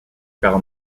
par